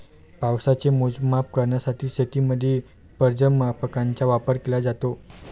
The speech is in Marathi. पावसाचे मोजमाप करण्यासाठी शेतीमध्ये पर्जन्यमापकांचा वापर केला जातो